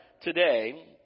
today